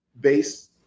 base